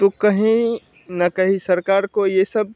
तो कहीं ना कहीं सरकार को ये सब